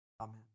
amen